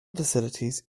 facilities